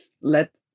let